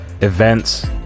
events